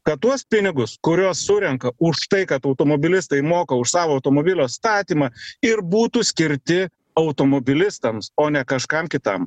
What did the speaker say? kad tuos pinigus kuriuos surenka už tai kad automobilistai moka už savo automobilio statymą ir būtų skirti automobilistams o ne kažkam kitam